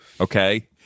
Okay